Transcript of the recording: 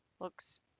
looks